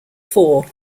four